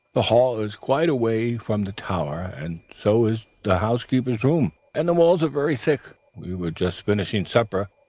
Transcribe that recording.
the hall is quite away from the tower, and so is the housekeeper's room and the walls are very thick. we were just finishing supper,